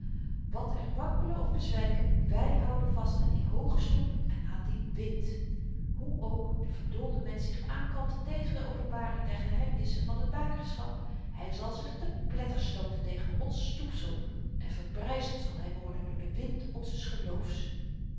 wat er wankele of bezwyke wy houden vast aan die hooge stoep en aan dien wind hoe ook de verdoolde mensch zich aankante tegen de openbaring der geheimenissen van het bakerschap hy zal zich te pletter stooten tegen ons stoepsel en verbryzeld zal hy worden door den wind onzes geloofs